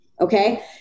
Okay